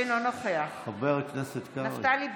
אינו נוכח נפתלי בנט,